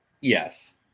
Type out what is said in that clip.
Yes